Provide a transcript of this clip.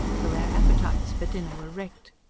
till their appetites for dinner were wrecked.